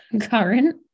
current